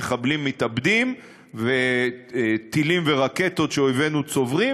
מחבלים מתאבדים וטילים ורקטות שאויבינו צוברים,